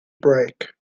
break